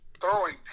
throwing